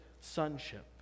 sonship